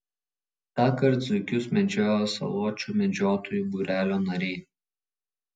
tąkart zuikius medžiojo saločių medžiotojų būrelio nariai